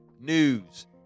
news